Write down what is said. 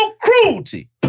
cruelty